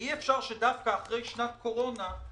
אי אפשר שדווקא אחרי שנת קורונה,